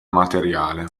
materiale